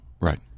right